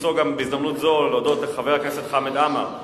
בהזדמנות זו רציתי גם להודות לחבר הכנסת חמד עמאר,